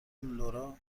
لورا